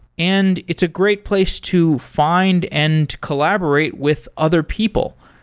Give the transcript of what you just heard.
and it's a great place to find and collaborate with other people.